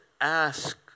ask